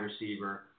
receiver